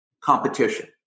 competition